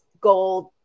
gold